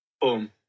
Boom